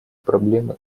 проблемы